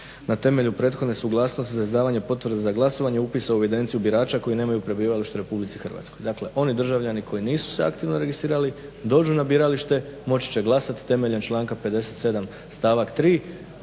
na temelju prethodne suglasnosti za izdavanje potvrde za glasovanje upisa u evidenciju birača koji nemaju prebivalište u Republici Hrvatskoj. Dakle oni državljani koji nisu se aktivno registrirali dođu na biralište, moći će glasati temeljem članka 57. stavak 3.